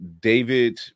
David